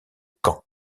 caen